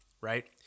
right